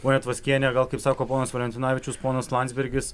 ponia tvaskiene gal kaip sako ponas valentinavičius ponas landsbergis